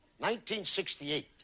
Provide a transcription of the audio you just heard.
1968